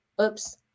oops